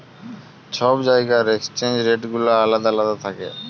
ছব জায়গার exchange rate গুলা আলেদা আলেদা থ্যাকে